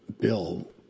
bill